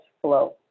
flow